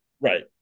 Right